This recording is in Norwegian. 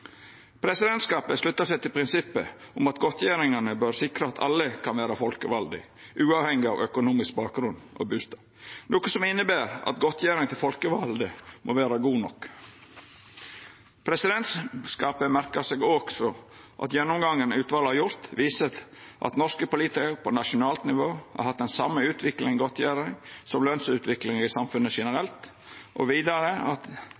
Presidentskapet sluttar seg til prinsippet om at godtgjeringane bør sikra at alle kan vera folkevalde, uavhengig av økonomisk bakgrunn og bustad, noko som inneber at godtgjeringa til folkevalde må vera god nok. Presidentskapet merkar seg òg at gjennomgangen utvalet har gjort, viser at norske politikarar på nasjonalt nivå har hatt den same utviklinga i godtgjering som lønsutviklinga i samfunnet generelt, og vidare at